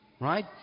Right